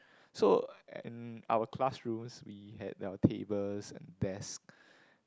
so and our classrooms we had our tables and desk